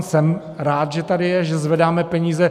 Jsem rád, že tady je, že zvedáme peníze.